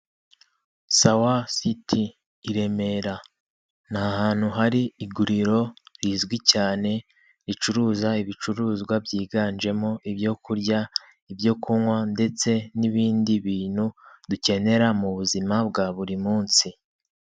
Sawa citi i Remera, ni ahantu hari iguriro rizwi cyane ricuruza ibicuruzwa byiganjemo ibyo kurya, ibyo kunywa ndetse n'ibindi bintu dukenera mu buzima bwa buri munsi.